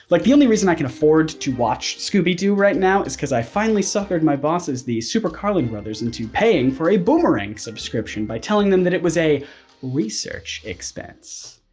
like the only reason i can afford to watch scooby-doo right now is cause i finally suckered my bosses, the super carlin brothers into paying for a boomerang subscription by telling them that it was a research expense,